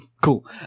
Cool